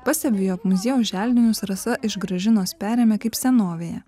pastebiu jog muziejaus želdinius rasa iš gražinos perėmė kaip senovėje